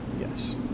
yes